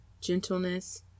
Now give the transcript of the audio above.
gentleness